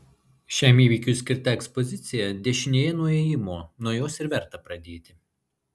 šiam įvykiui skirta ekspozicija dešinėje nuo įėjimo nuo jos ir verta pradėti